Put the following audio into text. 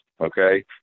okay